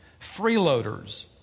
freeloaders